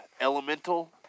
elemental